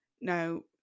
Now